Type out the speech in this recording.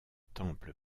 temple